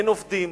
אין עובדים,